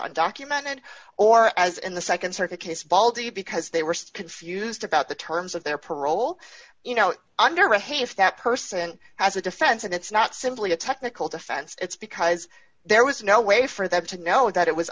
undocumented or as in the nd circuit case balti because they were confused about the terms of their parole you know under arrest hey if that person has a defense and it's not simply a technical defense it's because there was no way for them to know that it was